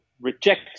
reject